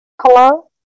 Hello